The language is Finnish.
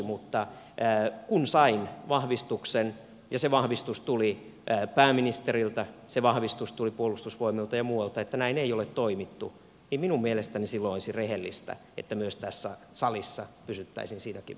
mutta kun sain vahvistuksen ja se vahvistus tuli pääministeriltä se vahvistus tuli puolustusvoimilta ja muualta että näin ei ole toimittu niin minun mielestäni silloin olisi rehellistä että myös tässä salissa pysyttäisiin siinäkin mielessä totuudessa